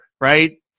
right